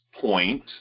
point